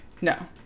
no